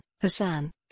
Hassan